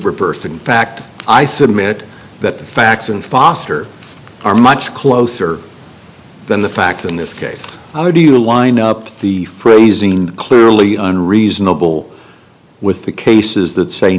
person in fact i submit that the facts and foster are much closer than the facts in this case how do you line up the phrasing clearly unreasonable with the cases that say